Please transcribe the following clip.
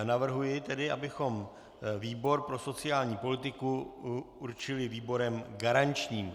Navrhuji tedy, abychom výbor pro sociální politiku určili výborem garančním.